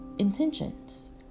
intentions